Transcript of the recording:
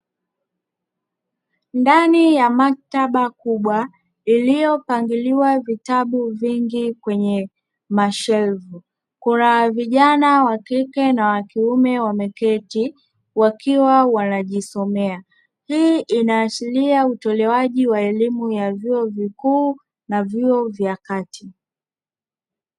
Ndani ya maktaba kubwa iliyopangiliwa vitabu vingi kwenye mashelfu, kuna vijana wa kike na wa kiume wameketi, wakiwa wanajisomea. Hii inaashiria utolewaji wa elimu ya vyuo vikuu na vyuo vya kati.